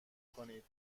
کنید